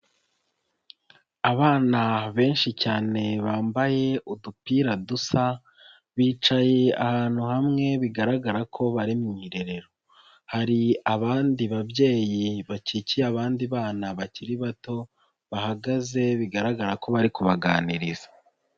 Abana benshi cyane bambaye udupira dusa, bicaye ahantu hamwe bigaragara ko bari mu mu irerero. Hari abandi babyeyi bacikiye abandi bana bakiri bato, bahagaze bigaragara ko bari kubaganiriza.